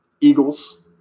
eagles